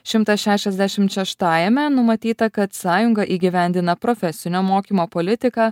šimtas šešiasdešimt šeštajame numatyta kad sąjunga įgyvendina profesinio mokymo politiką